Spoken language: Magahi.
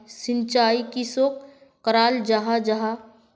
सिंचाई किसोक कराल जाहा जाहा?